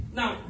now